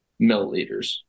milliliters